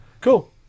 Cool